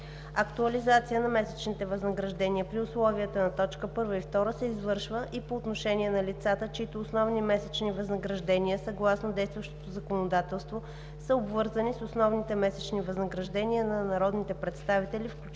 Актуализация на месечните възнаграждения при условията на т. 1 и 2 се извършва и по отношение на лицата, чиито основни месечни възнаграждения съгласно действащото законодателство, са обвързани с основните месечни възнаграждения на народните представители, включително